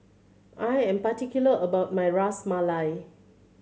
I am particular about my Ras Malai